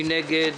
מי נגד?